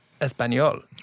español